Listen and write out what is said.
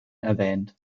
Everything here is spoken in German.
erwähnt